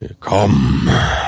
Come